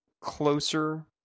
closer